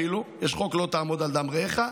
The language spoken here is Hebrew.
יש חוק לא תעמוד על דם רעך,